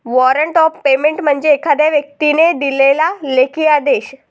warrant of payment म्हणजे एखाद्या व्यक्तीने दिलेला लेखी आदेश